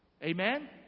Amen